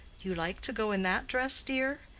you like to go in that dress, dear?